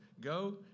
go